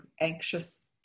anxious